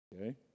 Okay